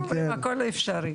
הכול אפשרי,